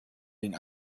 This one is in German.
den